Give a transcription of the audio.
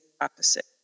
opposite